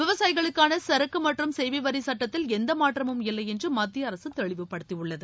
விவசாயிகளுக்கான சரக்கு மற்றும் சேவை வரிச் சுட்டத்தில் எந்த மாற்றமும் இல்லை என்று மத்திய அரசு தெளிவுபடுத்தியுள்ளது